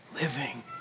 living